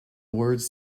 words